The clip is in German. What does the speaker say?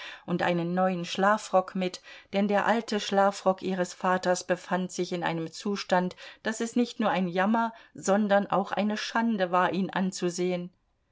und einen neuen schlafrock mit denn der alte schlafrock ihres vaters befand sich in einem zustand daß es nicht nur ein jammer sondern auch eine schande war ihn anzusehen